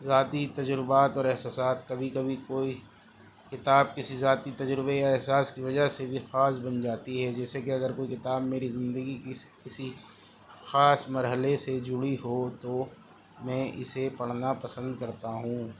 ذاتی تجربات اور احساسات کبھی کبھی کوئی کتاب کسی ذاتی تجربے یا احساس کی وجہ سے بھی خاص بن جاتی ہے جیسے کہ اگر کوئی کتاب میری زندگی کی کسی خاص مرحلے سے جڑی ہو تو میں اسے پڑھنا پسند کرتا ہوں